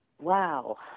Wow